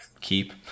keep